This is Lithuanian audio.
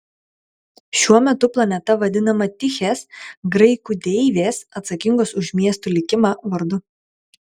šiuo metu planeta vadinama tichės graikų deivės atsakingos už miestų likimą vardu